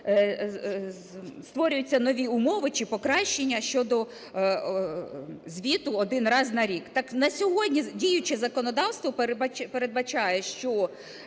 створюються нові умови чи покращення щодо звіту один раз на рік. Так на сьогодні діюче законодавство передбачає, що